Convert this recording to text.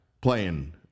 playing